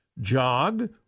jog